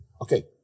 Okay